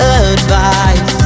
advice